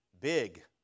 big